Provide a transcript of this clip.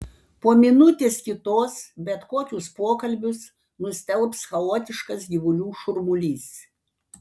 po minutės kitos bet kokius pokalbius nustelbs chaotiškas gyvulių šurmulys